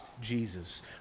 Jesus